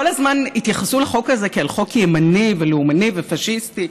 כל הזמן התייחסו לחוק הזה כחוק ימני ולאומני ופאשיסטי.